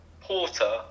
Porter